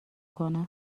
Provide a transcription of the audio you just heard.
کنه